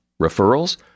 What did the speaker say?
Referrals